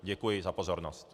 Děkuji za pozornost.